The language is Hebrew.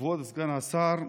כבוד סגן השר,